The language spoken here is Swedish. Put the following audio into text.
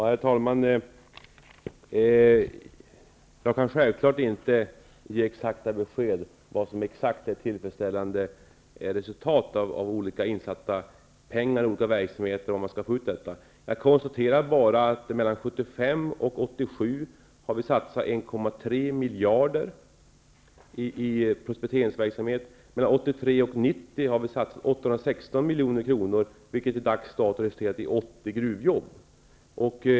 Herr talman! Jag kan självfallet inte ge exakta besked om hur ett tillfredsställande resultat av olika insatta pengar och olika verksamheter ser ut. Jag konstaterar bara att mellan 1975 och 1987 har vi satsat 1,3 miljarder i prospekteringsverksamhet. Mellan 1983 och 1990 har vi satsat 816 milj.kr., vilket i dags dato har resulterat i 80 gruvjobb.